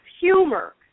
humor